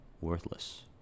worthless